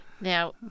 Now